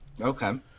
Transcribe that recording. Okay